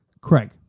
Craig